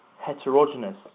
heterogeneous